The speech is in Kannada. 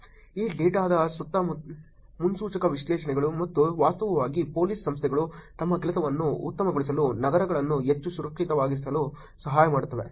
ಈ ಡೇಟಾದ ಸುತ್ತ ಮುನ್ಸೂಚಕ ವಿಶ್ಲೇಷಣೆಗಳು ಮತ್ತು ವಾಸ್ತವವಾಗಿ ಪೊಲೀಸ್ ಸಂಸ್ಥೆಗಳು ತಮ್ಮ ಕೆಲಸವನ್ನು ಉತ್ತಮಗೊಳಿಸಲು ನಗರಗಳನ್ನು ಹೆಚ್ಚು ಸುರಕ್ಷಿತವಾಗಿಸಲು ಸಹಾಯ ಮಾಡುತ್ತವೆ